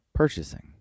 purchasing